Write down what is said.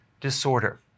disorder